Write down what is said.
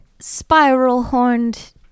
spiral-horned